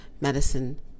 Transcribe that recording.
medicine